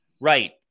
Right